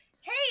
hey